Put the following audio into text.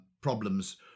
problems